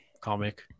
comic